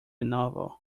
novel